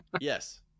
Yes